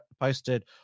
posted